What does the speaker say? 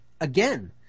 Again